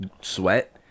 sweat